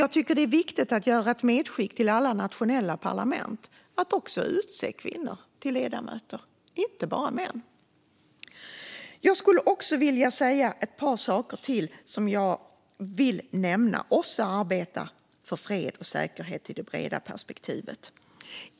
Jag tycker att det är viktigt att göra ett medskick till alla nationella parlament om att de också ska utse kvinnor till ledamöter, inte bara män. Jag skulle också vilja säga ett par saker till. OSSE arbetar för fred och säkerhet i det breda perspektivet.